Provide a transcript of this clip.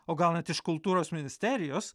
o gal net iš kultūros ministerijos